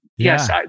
Yes